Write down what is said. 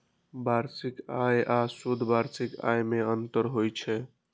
वार्षिक आय आ शुद्ध वार्षिक आय मे अंतर होइ छै